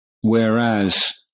whereas